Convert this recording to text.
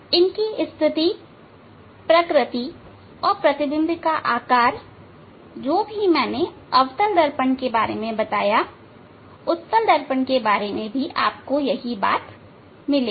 इनकी स्थिति प्रकृति और प्रतिबिंब का आकार जो भी मैंने अवतल दर्पण के बारे में बताया उत्तल दर्पण के लिए भी आपको यही बात मिलेगी